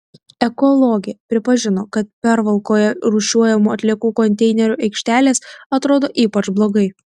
ekologė pripažino kad pervalkoje rūšiuojamų atliekų konteinerių aikštelės atrodo ypač blogai